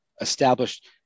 established